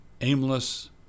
aimless